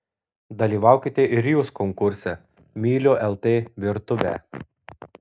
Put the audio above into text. dalyvaukite ir jūs konkurse myliu lt virtuvę